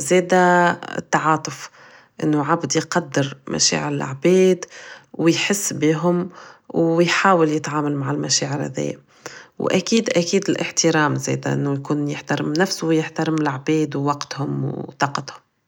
زادا التعاطف انو عبد يقدر مشاعر العباد و يحس بيهم و يحاول يتعامل مع المشاعر هدايا و اكيد اكيد الاحترام انو يكون يحترم نفسو والعباد و وقتهم و طاقتهم